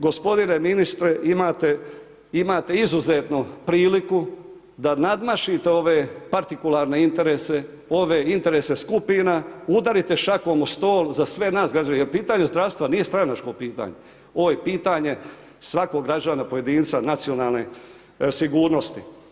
Gospodine ministre imate izuzetnu priliku da nadmašite ove partikularne interese, ove interese skupina, udarite šakom u stol za sve nas građane jer pitanje zdravstva nije stranačko pitanje, ovo je pitanje svakog građana pojedinca, nacionalne sigurnosti.